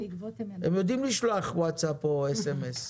הם יודעים לשלוח ווטסאפ או סמ"ס,